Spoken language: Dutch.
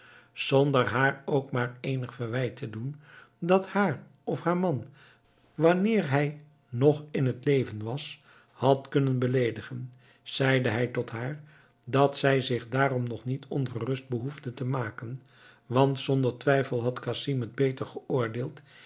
zonder haar ook maar eenig verwijt te doen dat haar of haar man wanneer hij nog in t leven was had kunnen beleedigen zeide hij tot haar dat zij zich daarom nog niet ongerust behoefde te maken want zonder twijfel had casim het beter geoordeeld